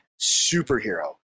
superhero